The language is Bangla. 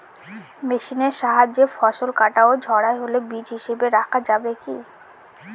মেশিনের সাহায্যে ফসল কাটা ও ঝাড়াই হলে বীজ হিসাবে রাখা যাবে কি?